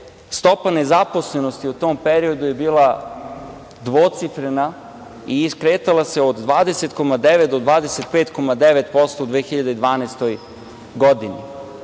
stopa nezaposlenosti u tom periodu je bila dvocifrena i kretala se od 20,9 do 25,9% u 2012. godini.